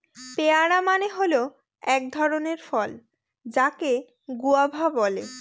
পেয়ারা মানে হয় এক ধরণের ফল যাকে গুয়াভা বলে